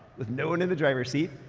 with no-one in the driver's seat,